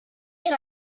can